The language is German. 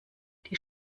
die